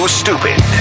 stupid